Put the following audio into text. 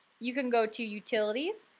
you can go to utilities,